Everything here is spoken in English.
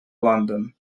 london